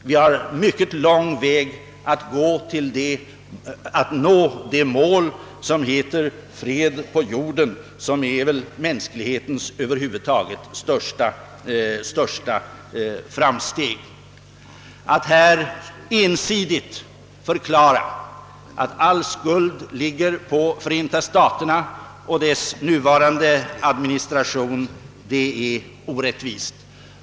Vi har en mycket lång väg att gå innan vi når det mål som heter fred på jorden och som väl är det största framsteg mänskligheten över huvud taget kan göra. Att här ensidigt förklara att all skuld ligger hos Förenta staterna och dess nuvarande administration är orättvist.